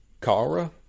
Kara